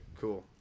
cool